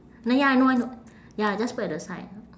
no ya I know I know ya just put at the side